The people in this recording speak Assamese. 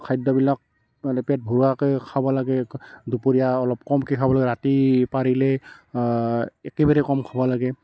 খাদ্যবিলাক মানে পেট ভৰোৱাকৈ খাব লাগে দুপৰীয়া অলপ কমকৈ খাব লাগে ৰাতি পাৰিলে একেবাৰে কম খাব লাগে